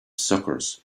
suckers